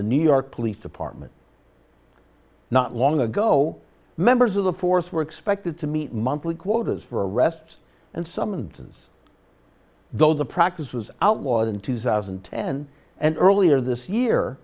the new york police department not long ago members of the force were expected to meet monthly quotas for arrests and summons though the practice was outlawed in two thousand and ten and earlier this year